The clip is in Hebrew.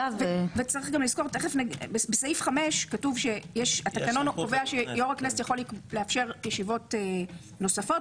בסעיף 5 כתוב שהתקנון קובע שיו"ר הכנסת יכול לאפשר ישיבות נוספות,